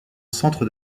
centre